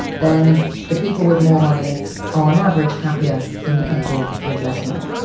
then the people with more money are on average happier than the people with less money.